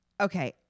Okay